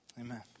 Amen